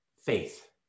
faith